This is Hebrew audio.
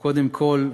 הוא, קודם כול,